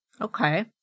Okay